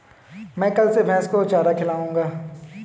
मैं कल से भैस को चारा खिलाऊँगा